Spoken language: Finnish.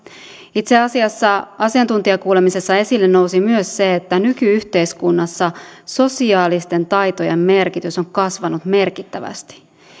itse asiassa asiantuntijakuulemisessa nousi esille myös se että nyky yhteiskunnassa sosiaalisten taitojen merkitys on kasvanut merkittävästi